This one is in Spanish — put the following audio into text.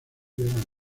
verano